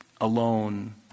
alone